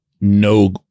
no